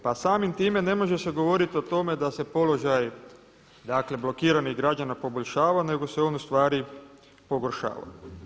Pa samim time ne može se govoriti o tome da se položaj dakle blokiranih građana poboljšava nego se on ustvari pogoršava.